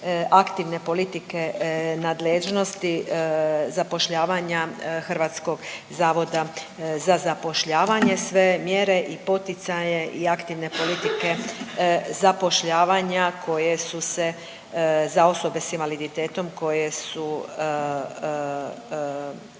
aktivne politike nadležnosti zapošljavanja HZZ-a sve mjere i poticaje i aktivne politike zapošljavanja koje su se za osobe s invaliditetom koje su